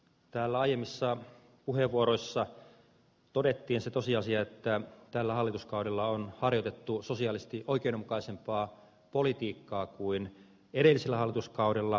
täällä aiemmissa puheenvuoroissa todettiin se tosiasia että tällä hallituskaudella on harjoitettu sosiaalisesti oikeudenmukaisempaa politiikkaa kuin edellisellä hallituskaudella